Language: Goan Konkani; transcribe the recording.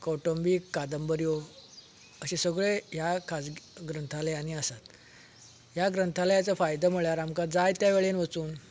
कुटूंबीक कादंबऱ्याे अशें सगळे ह्या खासगी ग्रंथालयांनी आसात ह्या ग्रंथालयाचो फायदो म्हळ्यार आमकां जायतो त्या वेळेन वचून